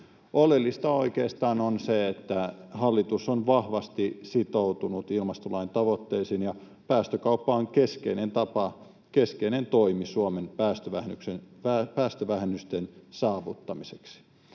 Oleellista oikeastaan on se, että hallitus on vahvasti sitoutunut ilmastolain tavoitteisiin, ja päästökauppa on keskeinen tapa, keskeinen toimi Suomen päästövähennysten saavuttamiseksi.